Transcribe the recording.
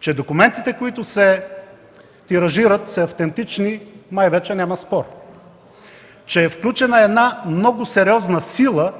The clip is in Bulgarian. Че документите, които се тиражират са автентични, май вече няма спор, че е включена една много сериозна сила